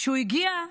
כשהוא הגיע,